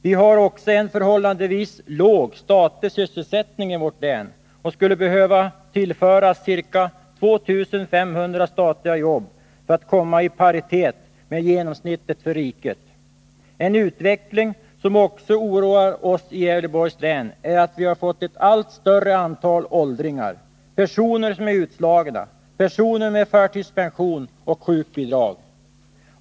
Vi har också en förhållandevis låg statlig sysselsättning i vårt län och skulle behöva tillföras ca 2 500 statliga jobb för att komma i paritet med genomsnittet för riket. En utveckling som också oroar oss i Gävleborgs län är att vi får ett allt större antal åldringar, personer som är utslagna, personer med förtidspension och sjukbidrag.